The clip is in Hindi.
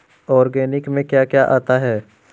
ऑर्गेनिक में क्या क्या आता है?